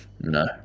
No